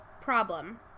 problem